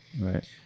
right